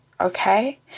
Okay